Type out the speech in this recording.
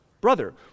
brother